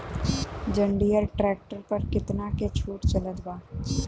जंडियर tractor पर कितना के छूट चलत बा?